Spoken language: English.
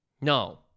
No